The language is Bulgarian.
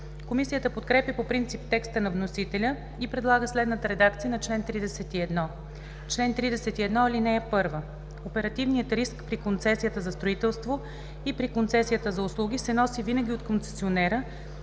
Комисията подкрепя по принцип текста на вносителя и предлага следната редакция на чл. 31: „Чл. 31. (1) Оперативният риск при концесията за строителство и при концесията за услуги се носи винаги от концесионера